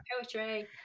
poetry